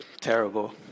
terrible